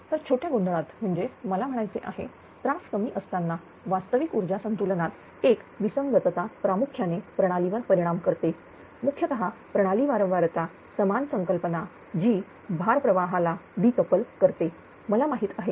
तर छोट्या गोंधळात म्हणजे मला म्हणायचे आहे त्रास कमी असताना वास्तविक ऊर्जा संतुलनात एक विसंगतता प्रामुख्याने प्रणालीवर परिणाम करते मुख्यतः प्रणाली वारंवारता समान संकल्पना जी भार प्रवाहाला डि कपल करते मला माहित आहे